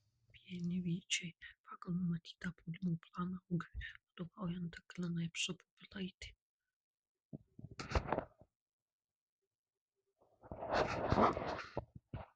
vieni vyčiai pagal numatytą puolimo planą augiui vadovaujant aklinai apsupo pilaitę